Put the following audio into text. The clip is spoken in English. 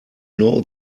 know